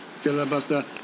filibuster